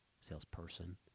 salesperson